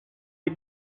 you